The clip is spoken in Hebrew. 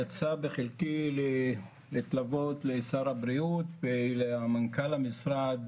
יצא בחלקי להתלוות לשר הבריאות ולמנכ"ל המשרד,